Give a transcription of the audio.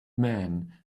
man